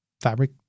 Fabric